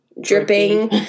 dripping